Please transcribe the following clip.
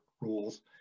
rules